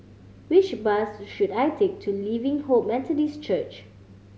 which bus should I take to Living Hope Methodist Church